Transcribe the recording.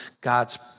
God's